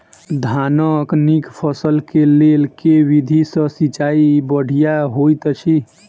धानक नीक फसल केँ लेल केँ विधि सँ सिंचाई बढ़िया होइत अछि?